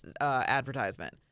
advertisement